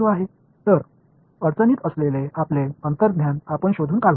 எனவே சிக்கலில் உள்ள நமது உள்ளுணர்வு என்ன என்பதைக் கண்டுபிடிப்போம்